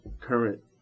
current